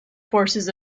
forces